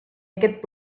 aquest